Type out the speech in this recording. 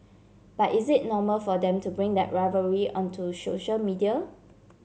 but is it normal for them to bring that rivalry onto social media